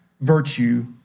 virtue